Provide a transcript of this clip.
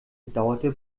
bedauerte